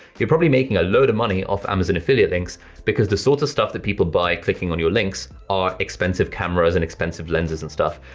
you're probably making a load o'money off amazon affiliate links because the sort of stuff that people buy clicking on your links are expensive cameras and expensive lenses and stuff,